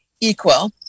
equal